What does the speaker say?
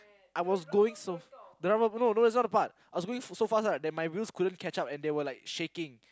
I was going so fast no no that's not the part I was going so fast right that my wheels couldn't catch up and they were like shaking